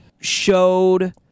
showed